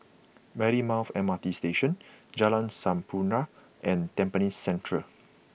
Marymount M R T Station Jalan Sampurna and Tampines Central